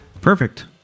perfect